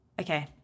Okay